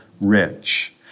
rich